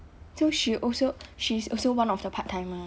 so she also she's also one of the part timer